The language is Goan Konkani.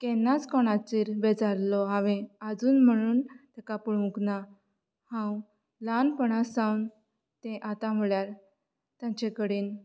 केन्नाच कोणाचेर बेजारलो हांवें आजून म्हणून ताका पळोंवक ना हांव ल्हानपणांसावन तें आतां म्हळ्यार तांचे कडेन